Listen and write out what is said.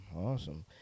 awesome